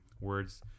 words